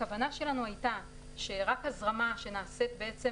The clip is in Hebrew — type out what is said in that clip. הכוונה שלנו הייתה שרק הזרמה שנעשית בעצם